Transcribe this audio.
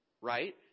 right